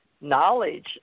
Knowledge